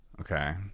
Okay